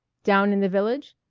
down in the village?